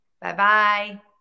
Bye-bye